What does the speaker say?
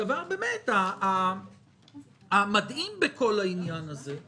הדבר המדהים בכל העניין הזה הוא